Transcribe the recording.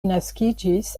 naskiĝis